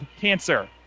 cancer